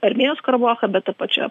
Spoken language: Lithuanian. armėnos karabachą bet ta pačia